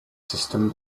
system